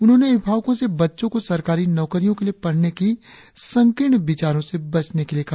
उन्होंने अभिभावकों से बच्चों को सरकारी नौकरियों के लिए पढ़ने की संकीर्ण विचारों से बचने को कहा